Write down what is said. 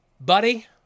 buddy